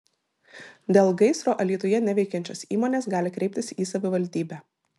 dėl gaisro alytuje neveikiančios įmonės gali kreiptis į savivaldybę